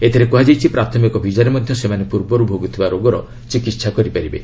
ଏଥିରେ କୁହାଯାଇଛି ପ୍ରାଥମିକ ଭିଜାରେ ମଧ୍ୟ ସେମାନେ ପୂର୍ବରୁ ଭୋଗୁଥିବା ରୋଗର ଚିକିତ୍ସା କରିପାରିବେ